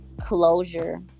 closure